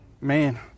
man